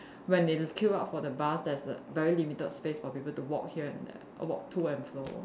when they queue up for the bus there's a very limited space for people to walk here and there err walk to and fro